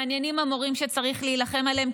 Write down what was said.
מעניינים המורים שצריך להילחם עליהם,